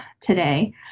today